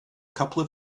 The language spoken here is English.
couple